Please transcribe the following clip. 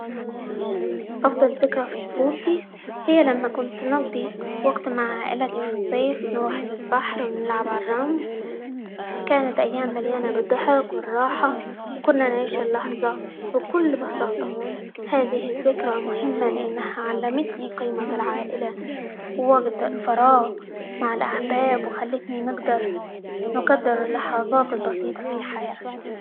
أفضل ذكرى في طفولتي هي لما كنت نقضي وقت مع عائلتي في الصيف نروح للبحر، ونلعب على الرمل، كانت أيام مليانة بالضحك، والراحة، وكنا نعيش اللحظة بكل بساطة، هذه الذكرى مهمة؛ لأنها علمتني قيمة العائلة، ووقت الفراغ مع الأحباب، وخلتني نقدر نقدر اللحظات البسيطة في الحياة.